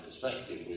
perspective